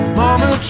mama